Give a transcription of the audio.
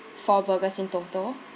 four burgers in total